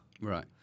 Right